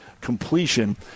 completion